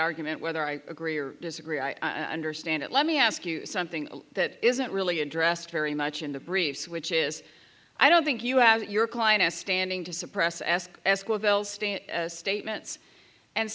argument whether i agree or disagree i understand it let me ask you something that isn't really addressed very much in the briefs which is i don't think you have your client has standing to suppress ask statements and